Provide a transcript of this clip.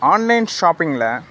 online ஷாப்பிங்கில்